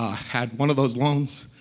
ah had one of those loans.